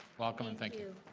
welcome and thank you.